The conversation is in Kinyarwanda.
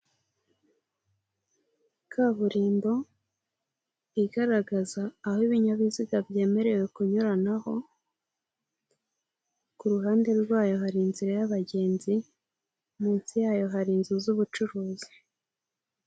Kaburimbo igaragaza aho ibinyabiziga byemerewe kunyuranaho, ku ruhande rwayo hari inzira y'abagenzi, munsi yayo hari inzu z'ubucuruzi.